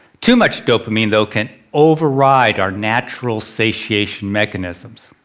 too much dopamine though can override our natural satiation mechanisms.